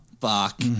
fuck